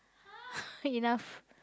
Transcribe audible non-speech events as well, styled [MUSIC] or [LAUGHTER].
[LAUGHS] enough